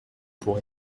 pour